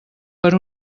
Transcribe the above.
per